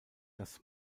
das